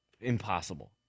Impossible